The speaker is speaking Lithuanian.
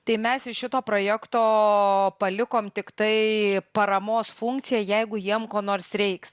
tai mes iš šito projekto palikom tiktai paramos funkciją jeigu jiem ko nors reiks